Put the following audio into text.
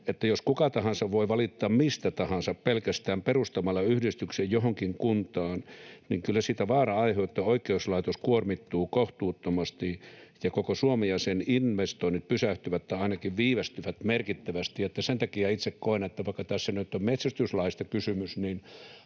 että jos kuka tahansa voi valittaa mistä tahansa pelkästään perustamalla yhdistyksen johonkin kuntaan, niin kyllä siitä vaaraa aiheutuu ja oikeuslaitos kuormittuu kohtuuttomasti ja koko Suomi ja sen investoinnit pysähtyvät tai ainakin viivästyvät merkittävästi. Sen takia itse koen, että vaikka tässä nyt on metsästyslaista kysymys,